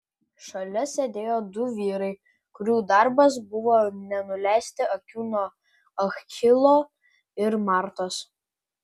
šalia sėdėjo du vyrai kurių darbas buvo nenuleisti akių nuo achilo ir martos